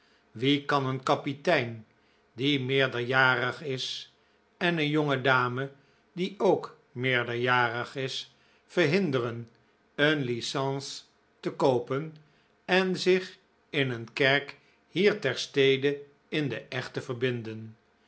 wie kati een kapitein p w p die meerderjarig is en een jonge dame die ook meerderjarig is verhinderen een p p license te koopen en zich in een kerk hier ter stede in den edit te verbinden